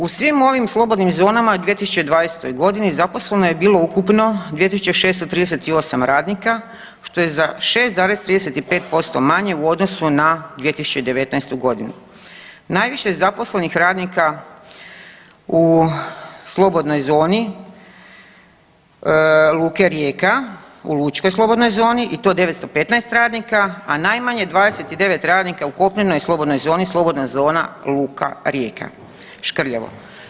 U svim ovim slobodnim zonama u 2020. g. zaposleno je bilo ukupno 2 638 radnika, što je za 6,35% manje u odnosu na 2019. g. Najviše je zaposlenih radnika u slobodnoj zoni Luke Rijeka u lučkoj slobodnoj zoni i to 915 radnika, a najmanje, 29 radnika u kopnenoj slobodnoj zoni, slobodna zona Luka Rijeka, Škrljevo.